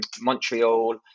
Montreal